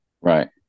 Right